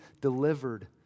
delivered